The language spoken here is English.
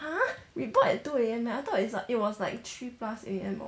!huh! we board at two A_M meh I thought it's like it was like three plus A_M or